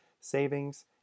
savings